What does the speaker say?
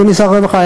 אדוני שר הרווחה?